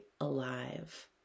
alive